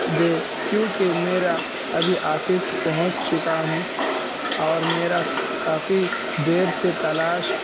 دے کیونکہ میرا ابھی آفس پہنچ چکا ہوں اور میرا کافی دیر سے تلاش